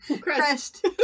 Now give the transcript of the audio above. Crest